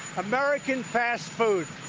american fast food,